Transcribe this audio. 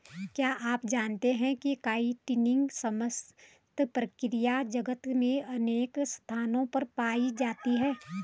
क्या आप जानते है काइटिन समस्त प्रकृति जगत में अनेक स्थानों पर पाया जाता है?